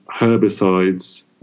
herbicides